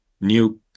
new